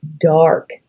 dark